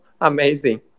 amazing